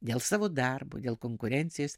dėl savo darbo dėl konkurencijos